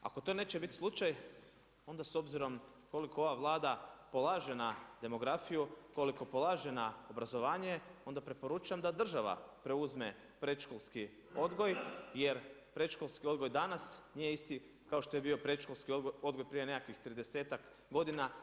Ako to neće biti slučaj onda s obzirom koliko ova Vlada polaže na demografiju koliko polaže na obrazovanje onda preporučam da država preuzme predškolski odgoj jer predškolski odgoj danas nije isti kao što je bio predškolski odgoj prije nekakvih tridesetak godina.